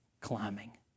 climbing